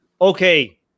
okay